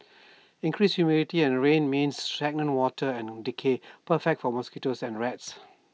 increased humidity and rain means stagnant water and decay perfect for mosquitoes and rats